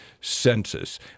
census